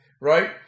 right